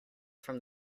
from